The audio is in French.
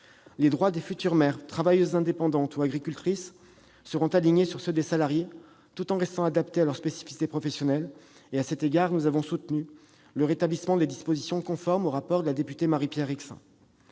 Les droits des futures mères travailleuses indépendantes ou agricultrices seront alignés sur ceux des salariées, tout en restant adaptés à leur spécificité professionnelle. Le Gouvernement a soutenu à cet égard le rétablissement des dispositions conformes au rapport de la députée Marie-Pierre Rixain.